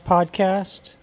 Podcast